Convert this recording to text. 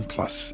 Plus